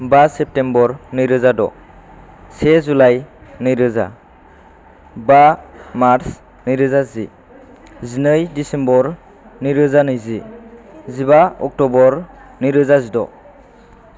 बा सेप्तेम्ब'र नैरोजा द' से जुलाइ नैरोजा बा मार्स नैरोजा जि जिनै डिसेम्बर नैरोजा नैजि जिबा अक्ट'बर नैरोजा जिद'